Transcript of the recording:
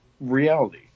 reality